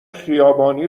خیابانی